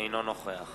אינו נוכח